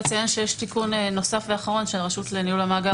שיש תיקון נוסף ואחרון של הרשות לניהול המאגר